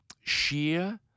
sheer